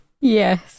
Yes